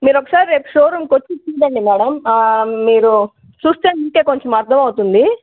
మీరొకసారి రేపు షోరూంకి వచ్చి చూడండి మేడం మీరు చూస్తే మీకే కొంచం అర్థమవుతుంది